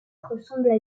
ressemble